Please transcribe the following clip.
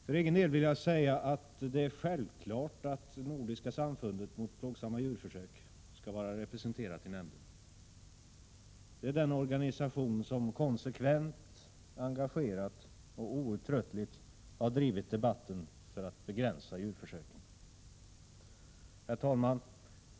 För egen del vill jag säga att det är självklart att Nordiska samfundet mot plågsamma djurförsök skall vara representerat i nämnden. Det är den organisation som konsekvent, engagerat och outtröttligt har drivit debatten för att begränsa djurförsöken. Herr talman!